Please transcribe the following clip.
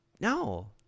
no